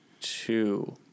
Two